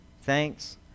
thanks